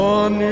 on